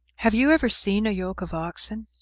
have you ever seen a yoke of oxen?